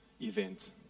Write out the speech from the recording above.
event